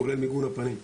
כולל מיגון הפנים.